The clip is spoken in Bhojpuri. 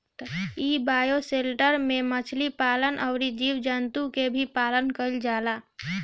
इ बायोशेल्टर में मछली पालन अउरी जीव जंतु के भी पालन कईल जाला